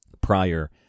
prior